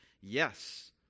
Yes